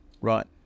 Right